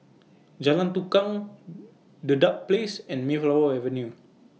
Jalan Tukang Dedap Place and Mayflower Avenue